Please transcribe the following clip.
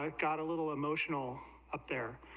um got a little emotional up there,